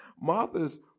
Martha's